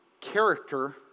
character